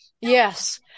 yes